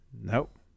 Nope